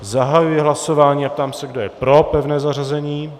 Zahajuji hlasování a ptám se, kdo je pro pevné zařazení.